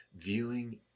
viewing